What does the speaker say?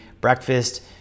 breakfast